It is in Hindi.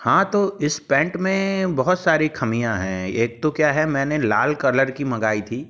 हाँ तो इस पैंट में बहुत सारी ख़मियाँ हैं एक तो क्या है मैंने लाल कलर की मंगाई थी